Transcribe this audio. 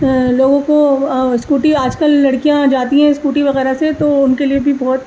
لوگوں کو اسکوٹی آج کل لڑکیاں جاتی ہیں اسکوٹی وغیرہ سے تو ان کے لیے بہت